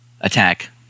attack